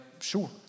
sure